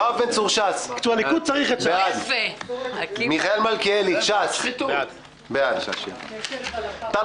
יואב בן צור- בעד מיכאל מלכיאלי- בעד טל